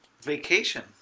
vacation